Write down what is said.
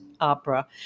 opera